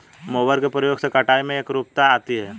mower के प्रयोग से कटाई में एकरूपता आती है